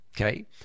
Okay